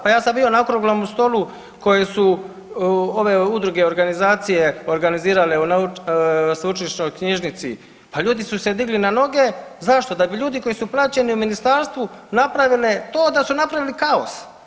Pa ja sam bio na okruglom stolu koje su ove udruge, organizacije organizirale u sveučilišnoj knjižnici pa ljudi su se digli na noge, zašto, da bi ljudi koji su plaćeni u ministarstvu napravili to da su napravili kaos.